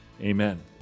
amen